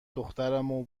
دخترمو